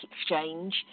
exchange